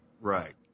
Right